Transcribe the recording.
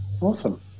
Awesome